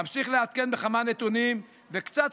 אמשיך לעדכן בכמה נתונים וקצת,